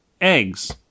eggs